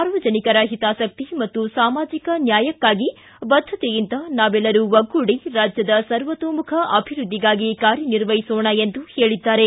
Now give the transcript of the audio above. ಸಾರ್ವಜನಿಕರ ಹಿತಾಸಕ್ತಿ ಮತ್ತು ಸಾಮಾಜಿಕ ನ್ಯಾಯಕ್ಕಾಗಿ ಬದ್ದತೆಯಿಂದ ನಾವೆಲ್ಲರೂ ಒಗ್ಗೂಡಿ ರಾಜ್ಯದ ಸರ್ವತೋಮುಖ ಅಭಿವೃದ್ಧಿಗಾಗಿ ಕಾರ್ಯ ನಿರ್ವಹಿಸೋಣ ಎಂದು ಹೇಳಿದ್ದಾರೆ